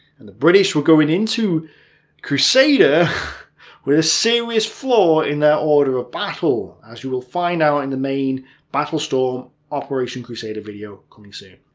and the british were going into crusader with a serious flaw in their order of battle, as you will find out in the main battlestorm operation crusader video, coming soon.